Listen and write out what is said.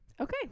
Okay